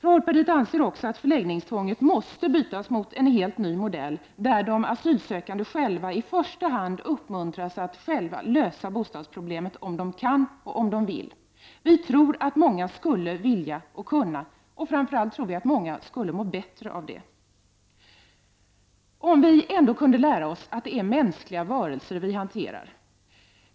Folkpartiet anser också att förläggningstvånget måste bytas mot en helt ny modell, där de asylsökande själva i första hand uppmuntras att lösa bostadsproblemet om de kan och vill. Det tror vi många skulle vilja och kunna göra, och framför allt tror vi att de skulle må bättre. Om vi ändå kunde lära oss att det är mänskliga varelser vi hanterar!